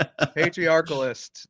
Patriarchalist